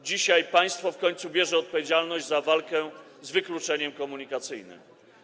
Dzisiaj państwo w końcu bierze odpowiedzialność za walkę z wykluczeniem komunikacyjnym.